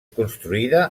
construïda